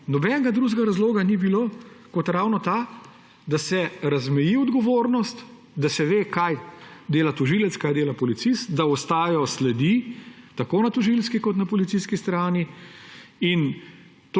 Nobenega drugega razloga ni bilo kot ravno ta, da se razmeji odgovornost, da se ve, kaj dela tožilec, kaj dela policist, da ostajajo sledi tako na tožilski kot na policijski strani.